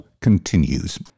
continues